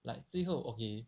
like 最后 okay